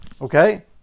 Okay